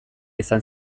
izan